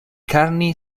carney